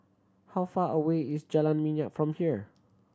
how far away is Jalan Minyak from here